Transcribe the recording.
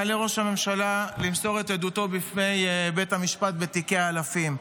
יעלה ראש הממשלה למסור את עדותו בפני בית המשפט בתיקי האלפים.